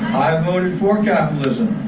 voted for capitalism.